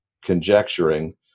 conjecturing